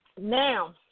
Now